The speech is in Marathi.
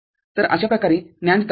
तर अशा प्रकारे NAND कार्य करते